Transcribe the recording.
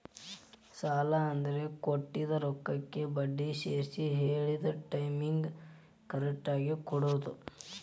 ಸಾಲ ಅಂದ್ರ ಕೊಟ್ಟಿದ್ ರೊಕ್ಕಕ್ಕ ಬಡ್ಡಿ ಸೇರ್ಸಿ ಹೇಳಿದ್ ಟೈಮಿಗಿ ಕರೆಕ್ಟಾಗಿ ಕೊಡೋದ್